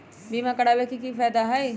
बीमा करबाबे के कि कि फायदा हई?